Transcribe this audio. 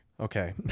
Okay